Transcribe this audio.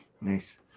Nice